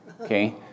Okay